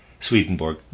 Swedenborg